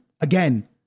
Again